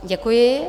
Děkuji.